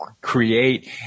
create